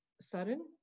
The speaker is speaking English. sudden